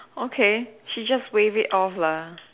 okay she just waive it off lah